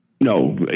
No